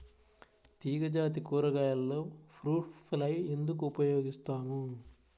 తీగజాతి కూరగాయలలో fruit fly ఎందుకు ఉపయోగిస్తాము?